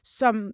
som